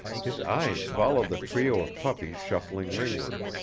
his eyes followed the trio of puppies shuffling ringward.